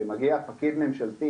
שמגיע פקיד ממשלתי